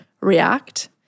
react